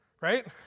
Right